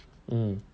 mm